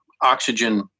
oxygen